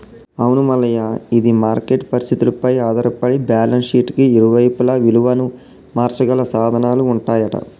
అవును మల్లయ్య ఇది మార్కెట్ పరిస్థితులపై ఆధారపడి బ్యాలెన్స్ షీట్ కి ఇరువైపులా విలువను మార్చగల సాధనాలు ఉంటాయంట